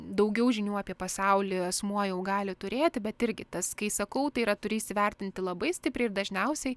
daugiau žinių apie pasaulį asmuo jau gali turėti bet irgi tas kai sakau tai yra turi įsivertinti labai stipriai ir dažniausiai